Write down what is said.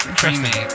creamy